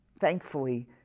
Thankfully